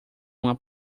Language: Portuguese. uma